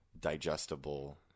digestible